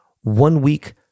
one-week